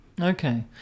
Okay